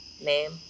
name